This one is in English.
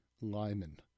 Lyman